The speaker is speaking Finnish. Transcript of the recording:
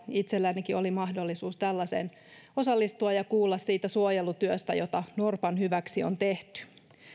itsellänikin oli mahdollisuus tällaiseen osallistua ja kuulla siitä suojelutyöstä jota norpan hyväksi on tehty